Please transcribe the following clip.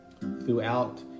throughout